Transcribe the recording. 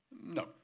No